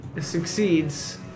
succeeds